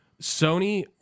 Sony